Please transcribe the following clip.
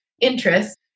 interest